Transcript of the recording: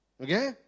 Okay